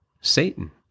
satan